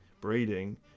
breeding